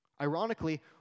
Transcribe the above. Ironically